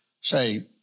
say